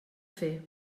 fer